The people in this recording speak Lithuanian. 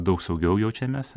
daug saugiau jaučiamės